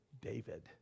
David